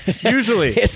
usually